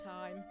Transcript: time